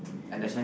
at the